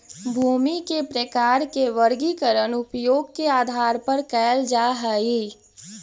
भूमि के प्रकार के वर्गीकरण उपयोग के आधार पर कैल जा हइ